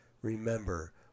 remember